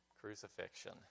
crucifixion